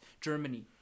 Germany